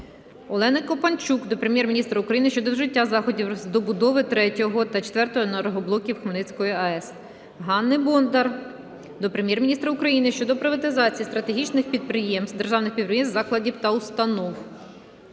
Олени Копанчук до Прем'єр-міністра України щодо вжиття заходів з добудови 3-го та 4-го енергоблоків Хмельницької АЕС. Ганни Бондар до Прем'єр-міністра України щодо приватизації стратегічних державних підприємств, закладів та установ.